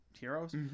heroes